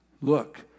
look